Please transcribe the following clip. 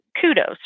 kudos